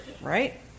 Right